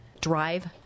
drive